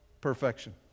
perfection